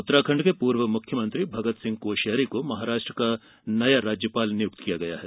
उत्तराखण्ड के पूर्व मुख्यमंत्री भगत सिंह कोश्यारी को महाराष्ट्र का नया राज्यपाल नियुक्त किया गया है